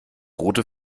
rote